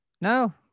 No